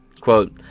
Quote